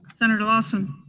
senator lawson?